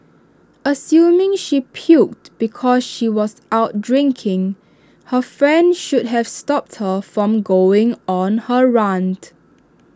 assuming she puked because she was out drinking her friend should have stopped her from going on her rant